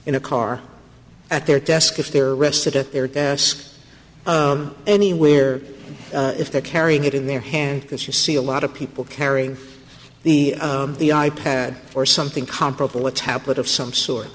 in a car at their desk if they're rested at their desk anywhere if they're carrying it in their hand because you see a lot of people carrying the the i pad or something comparable a tablet of some sort